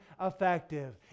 effective